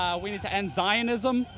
we need to and zionism,